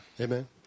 Amen